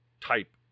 type